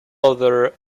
other